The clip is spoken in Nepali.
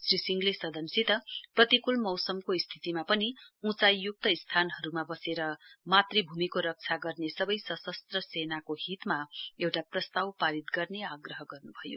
श्री सिंहले सदनसित प्रतिकूल मौसमको स्थितिमा पनि ऊँचाईयुक्त स्थानहरुमा वसेर मातृभूमिको रक्षा गर्ने सवै सशस्त्र सेनाहरुको हितमा एउटा प्रस्ताव पारित गर्ने अग्रह गर्नुभयो